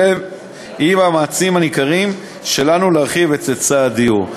ומשתלב במאמצים הניכרים שלנו להרחיב את היצע הדיור.